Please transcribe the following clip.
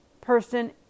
person